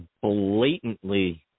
blatantly –